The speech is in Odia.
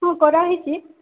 ହଁ କରାହେଇଛେ